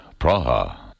Praha